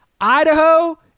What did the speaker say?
Idaho